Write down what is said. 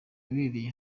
yabereye